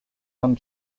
and